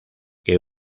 que